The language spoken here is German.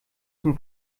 zum